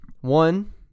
One